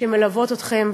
שמלוות אתכם.